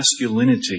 masculinity